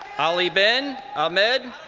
ali ben ahmed